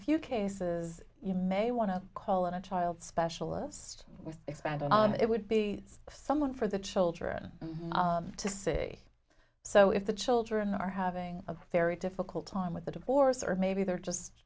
few cases you may want to call in a child specialist with expanded on it would be someone for the children to say so if the children are having a very difficult time with the divorce or maybe they're just